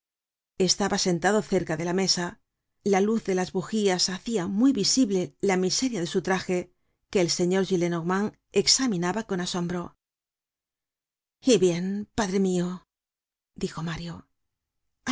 estaba sentado cerca de la mesa la luz de las bugías hacia muy visible la miseria de su traje que el señor gillenormand examinaba con asombro y bien padre mio dijo mario ah